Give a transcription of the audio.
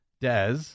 Des